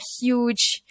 huge